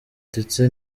ndetse